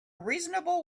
reasonable